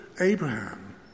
Abraham